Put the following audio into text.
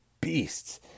beasts